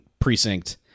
precinct